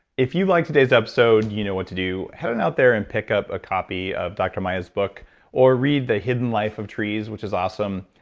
if you liked today's episode, you know what to do. head on out there and pick up a copy of dr. maya's book or read the hidden life of trees, which is awesome.